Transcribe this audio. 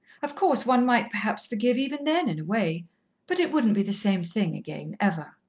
of course, one might perhaps forgive even then in a way but it wouldn't be the same thing again, ever.